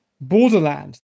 borderland